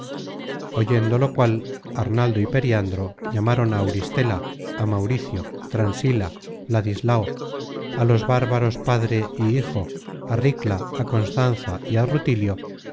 oyendo lo cual arnaldo y periandro llamaron á auristela á mauricio transila ladislao á los bárbaros padre y hijo á ricla á constanza y á rutilio